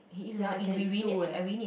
ya I can eat two eh